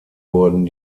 wurden